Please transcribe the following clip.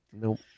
Nope